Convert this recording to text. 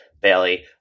Bailey